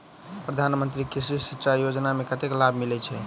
प्रधान मंत्री कृषि सिंचाई योजना मे कतेक लाभ मिलय छै?